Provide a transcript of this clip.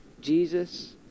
Jesus